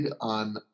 on